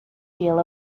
deal